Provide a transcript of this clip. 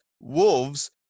Wolves